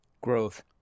Growth